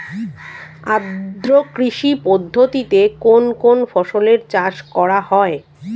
আদ্র কৃষি পদ্ধতিতে কোন কোন ফসলের চাষ করা হয়?